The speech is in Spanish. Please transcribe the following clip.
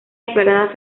declarada